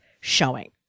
showing